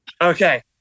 Okay